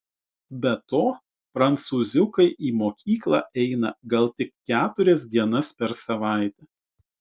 be to prancūziukai į mokyklą eina gal tik keturias dienas per savaitę